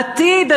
העתיד,